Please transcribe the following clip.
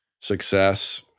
success